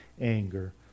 anger